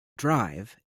drive